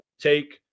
take